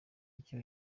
icyo